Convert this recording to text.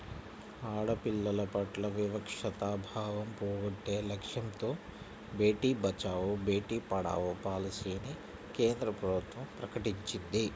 ఆడపిల్లల పట్ల వివక్షతా భావం పోగొట్టే లక్ష్యంతో బేటీ బచావో, బేటీ పడావో పాలసీని కేంద్ర ప్రభుత్వం ప్రకటించింది